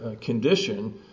condition